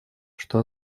что